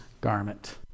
garment